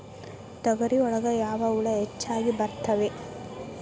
ತೊಗರಿ ಒಳಗ ಯಾವ ಹುಳ ಹೆಚ್ಚಾಗಿ ಬರ್ತವೆ?